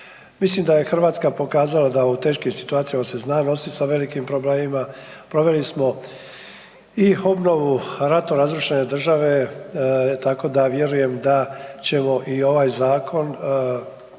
Mislim da je Hrvatska pokazala da u teškim situacijama se zna nositi sa velikim problemima, proveli smo i obnovu ratom razrušene države, tako da vjerujem da ćemo i ovaj zakon i